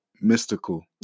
mystical